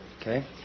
okay